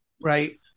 Right